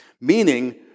meaning